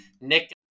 Nick